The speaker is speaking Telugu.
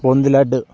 బూందీ లడ్డు